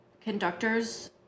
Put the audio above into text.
conductors